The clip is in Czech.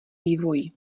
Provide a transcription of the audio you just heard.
vývoji